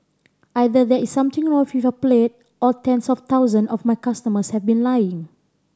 either there is something wrong with your palate or tens of thousand of my customers have been lying